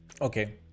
Okay